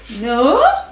No